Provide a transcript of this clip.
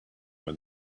when